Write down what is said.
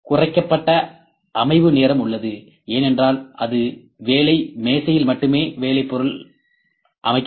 குறைக்கப்பட்ட அமைவு நேரம் உள்ளது ஏனென்றால் அது வேலை மேசையில் மட்டுமே வேலை பொருள் அமைக்கப்படும்